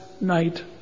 night